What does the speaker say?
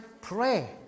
pray